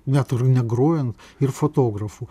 net ir negrojant ir fotografų